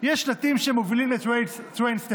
יש שלטים שמובילים ל-train station